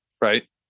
right